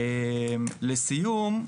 לסיום,